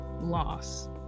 loss